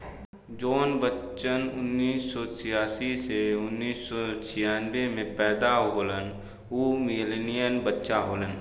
जौन बच्चन उन्नीस सौ छियासी से उन्नीस सौ छियानबे मे पैदा होलन उ मिलेनियन बच्चा होलन